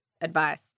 advice